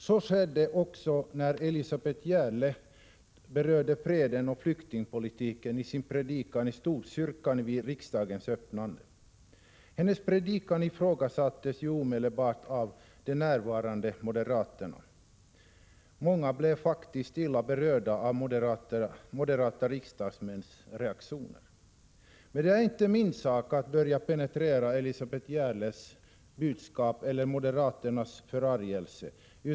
Så skedde också när Elisabeth Gerle berörde freden och flyktingpolitiken i sin predikan i Storkyrkan vid riksdagens öppnande. Hennes predikan ifrågasattes ju omedelbart av de närvarande moderaterna. Många blev faktiskt illa berörda av moderata riksdagsmäns reaktioner. Men det är inte min sak att börja penetrera Elisabeth Gerles budskap eller moderaternas förargelse.